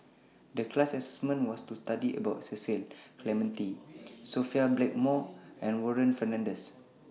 The class assignment was to study about Cecil Clementi Sophia Blackmore and Warren Fernandez